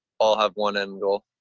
all have one and all.